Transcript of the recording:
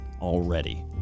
already